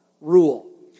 rule